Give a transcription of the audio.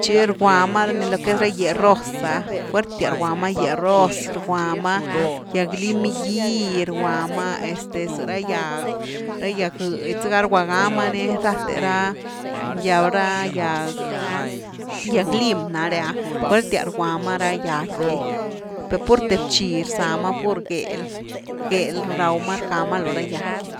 tchi rgwa ma lo que es ra gyé ros ‘a fuertias rgwa ma gyé ros, rgwa ma gyag lim gí rguama este za ra gyag, ra gyag gëdy zëga rgwa ga mani rathe ra gyag ra gyag, gyag lim náre’a fuertias rgua ma ra gyag gy per purte bchi rzama pur gél rawma rckamalo ra gyag gy.